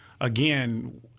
again